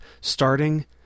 starting